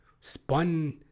spun